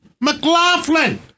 McLaughlin